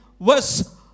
verse